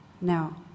Now